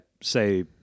say